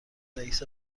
رئیس